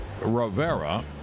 Rivera